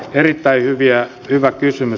erittäin hyvä kysymys